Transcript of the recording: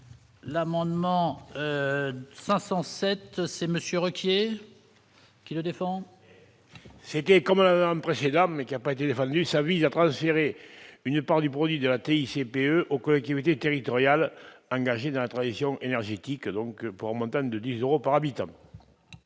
L'amendement 67 c'est Monsieur Ruquier qui le défend. C'était quand même un précédent mais qui a pas été défendu sa vie à transférer une part du produit de la TIC BE aux collectivités territoriales, engagé dans la tradition énergétique donc pour Madame de 10 euros par habitant.